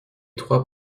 trois